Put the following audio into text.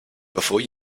before